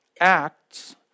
acts